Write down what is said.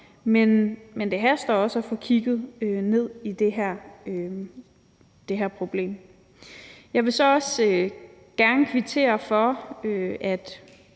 Men det haster også at få kigget ned i det her problem. Jeg vil så også gerne kvittere for, at